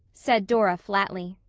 said dora flatly.